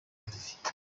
olivier